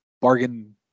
bargain